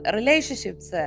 Relationships